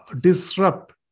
disrupt